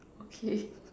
okay